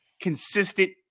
consistent